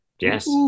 Yes